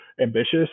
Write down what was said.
ambitious